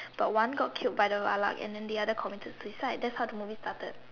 but one got killed by the Valak and then the other committed suicide that's how the movie started